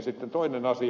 sitten toinen asia